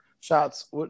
Shots